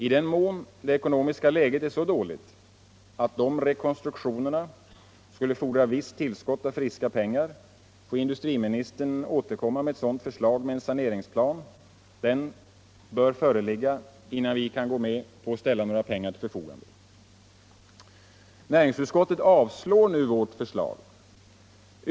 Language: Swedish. I den mån det ekonomiska läget är så dåligt att dessa rekonstruktioner fordrar visst tillskott av friska pengar, får industriministern återkomma med ett sådant förslag, men en saneringsplan skall föreligga innan vi kan gå med på att ställa några pengar till förfogande. Näringsutskottet avstyrker vårt förslag.